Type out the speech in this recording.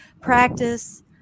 practice